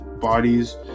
bodies